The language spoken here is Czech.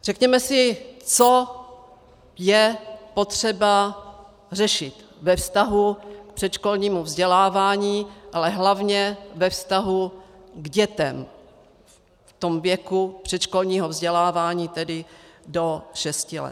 Řekněme si, co je potřeba řešit ve vztahu k předškolnímu vzdělávání, ale hlavně ve vztahu k dětem v tom věku předškolního vzdělávání, tedy do šesti let.